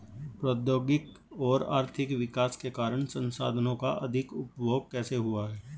प्रौद्योगिक और आर्थिक विकास के कारण संसाधानों का अधिक उपभोग कैसे हुआ है?